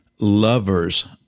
lovers